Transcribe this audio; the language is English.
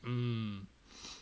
mm